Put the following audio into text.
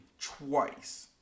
twice